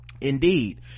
Indeed